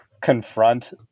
confront